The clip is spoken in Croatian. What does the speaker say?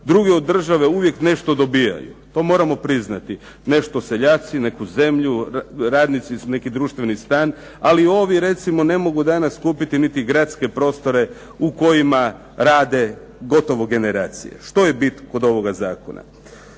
Drugi od države uvijek nešto dobivaju, to moramo priznati. Nešto seljaci neku zemlju, radnici su neki društveni stan, ali ovi recimo ne mogu danas kupiti niti gradske prostore u kojima rade gotovo generacije. Što je bit kod ovoga zakona?